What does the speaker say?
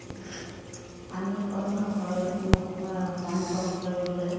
পানী খৰচ নকৰে ন কম খৰচ কৰিবলৈ